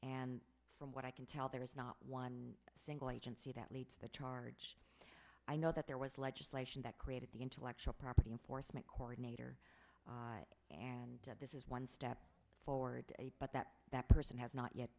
and from what i can tell there is not one single agency that leads the charge i know that there was legislation that created the intellectual property enforcement court nater and this is one step forward but that that person has not yet